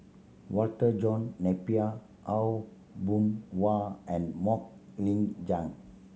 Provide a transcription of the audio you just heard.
Walter John Napier Aw Boon Haw and Mok Ying Jang